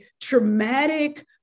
traumatic